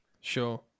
Sure